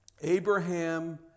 Abraham